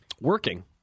Working